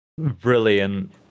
brilliant